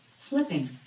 Flipping